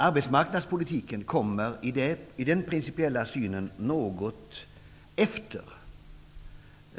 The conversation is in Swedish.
Arbetsmarknadspolitiken kommer i den principiella synen något efter.